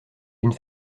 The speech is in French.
une